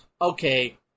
okay